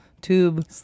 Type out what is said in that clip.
tube